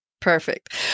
Perfect